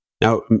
Now